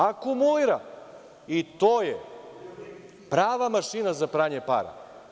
Akumulira i to je prava mašina za pranje para.